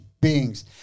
Beings